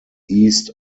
east